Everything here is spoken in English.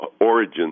origin